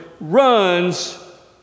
runs